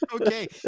Okay